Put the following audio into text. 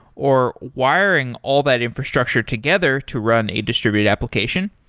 or wiring all that infrastructure together to run a distributed application,